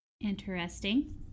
Interesting